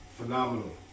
phenomenal